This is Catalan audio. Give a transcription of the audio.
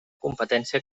competència